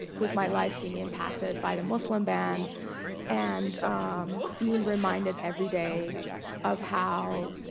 with my life being impacted by the muslim ban and being reminded every day of how